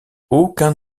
aucun